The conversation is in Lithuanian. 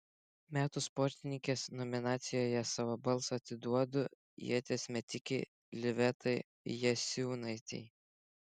metų sportininkės nominacijoje savo balsą atiduodu ieties metikei livetai jasiūnaitei